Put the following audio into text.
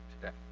today